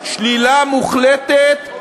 שלילה מוחלטת,